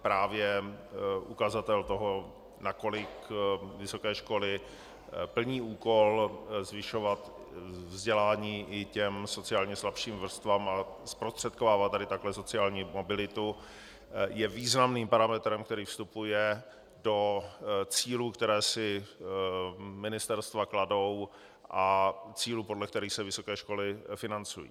Právě ukazatel toho, nakolik vysoké školy plní úkol zvyšovat vzdělání i sociálně slabším vrstvám a zprostředkovávat tady takhle sociální mobilitu, je významným parametrem, který vstupuje do cílů, které si ministerstva kladou, a cílů, podle kterých se vysoké školy financují.